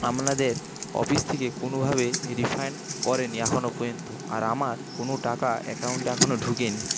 আপনাদের অফিস থেকে কোনোভাবে এর রিফান্ড করেনি এখনো পর্যন্ত আর আমার কোন টাকা অ্যাকাউন্টে এখনো ঢোকেনি